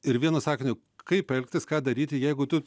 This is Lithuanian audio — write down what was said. ir vienu sakiniu kaip elgtis ką daryti jeigu tu